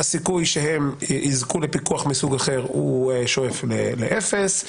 הסיכוי שהם יזכו לפיקוח מסוג אחר שואף לאפס,